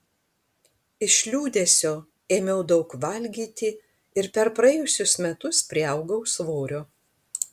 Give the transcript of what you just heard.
iš liūdesio ėmiau daug valgyti ir per praėjusius metus priaugau svorio